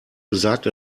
besagt